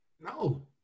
No